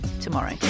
tomorrow